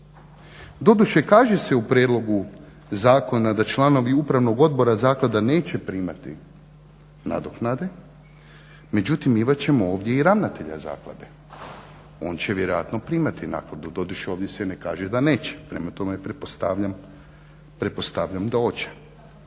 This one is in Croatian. Doduše kaže se u prijedlogu zakona da članovi Upravnog odbora zaklada neće primati nadoknade, međutim imat ćemo ovdje i ravnatelja zaklade, on će vjerojatno primati naknadu, doduše ovdje se ne kaže da neće. Prema tome, pretpostavljam da hoće.